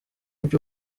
byo